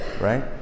right